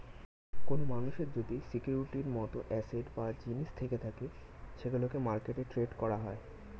কোন মানুষের যদি সিকিউরিটির মত অ্যাসেট বা জিনিস থেকে থাকে সেগুলোকে মার্কেটে ট্রেড করা হয়